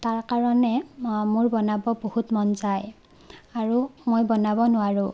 তাৰ কাৰণে মোৰ বনাব বহুত মন যায় আৰু মই বনাব নোৱাৰোঁ